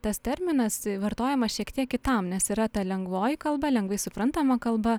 tas terminas vartojamas šiek tiek kitam nes yra ta lengvoji kalba lengvai suprantama kalba